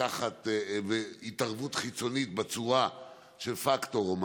לקחת התערבות חיצונית בצורה של פקטור,